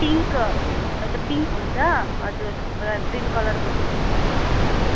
pink हजुर pink हुन्छ हजुर तपाईँलाई ग्रिन कलरको हुन्छ